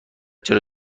چرا